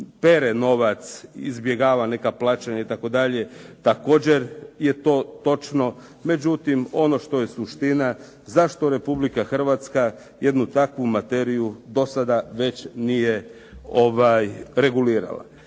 pere novac, izbjegava neka plaćanja itd. također je to točno, međutim ono je suština zašto Republika Hrvatska jednu takvu materiju do sada već nije regulirala.